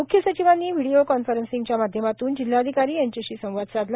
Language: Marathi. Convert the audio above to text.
म्ख्य सचिवांनी व्हीडिओ कॉन्फरन्सिंगच्या माध्यमातून जिल्हाधिकारी यांच्याशी संवाद साधला